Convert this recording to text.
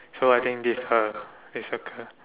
so I think this uh we circle